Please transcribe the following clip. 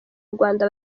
rwanda